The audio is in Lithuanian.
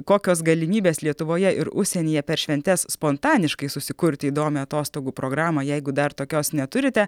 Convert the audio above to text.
kokios galimybės lietuvoje ir užsienyje per šventes spontaniškai susikurti įdomią atostogų programą jeigu dar tokios neturite